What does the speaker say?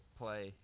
play